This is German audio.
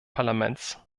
parlaments